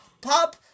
Pop